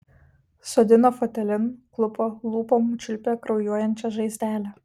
sodino fotelin klupo lūpom čiulpė kraujuojančią žaizdelę